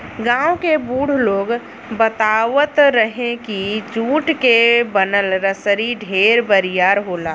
गांव के बुढ़ लोग बतावत रहे की जुट के बनल रसरी ढेर बरियार होला